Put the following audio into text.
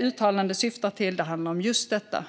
uttalande syftar på handlar om just detta.